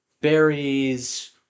Berries